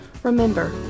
Remember